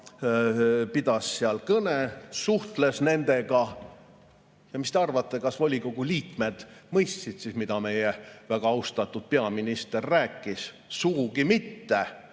pidas seal kõne, suhtles nendega. Ja mis te arvate, kas volikogu liikmed mõistsid, mida meie väga austatud peaminister rääkis? Sugugi mitte.